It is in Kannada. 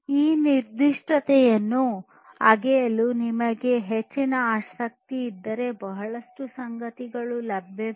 ಈ ನಿರ್ದಿಷ್ಟತೆಯನ್ನು ಅಗೆಯಲು ನಿಮಗೆ ಹೆಚ್ಚಿನ ಆಸಕ್ತಿ ಇದ್ದರೆ ಬಹಳಷ್ಟು ಸಂಗತಿಗಳು ಲಭ್ಯವಿದೆ